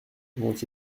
vont